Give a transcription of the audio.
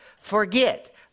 Forget